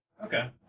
Okay